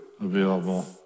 available